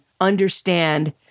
understand